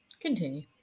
Continue